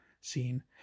scene